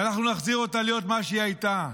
ואנחנו נחזיר אותה להיות מה שהיא הייתה: